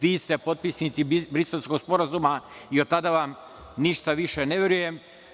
Vi ste potpisnici Briselskog sporazuma i od tada vam ništa više ne verujem.